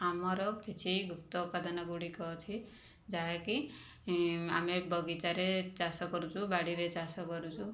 ଆମର କିଛି ଗୁପ୍ତ ଉପାଦାନ ଗୁଡ଼ିକ ଅଛି ଯାହାକି ଆମେ ବଗିଚାରେ ଚାଷ କରୁଛୁ ବାଡ଼ିରେ ଚାଷ କରୁଛୁ